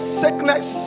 sickness